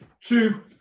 two